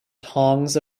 tongs